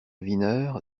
wiener